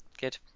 good